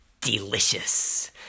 delicious